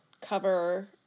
cover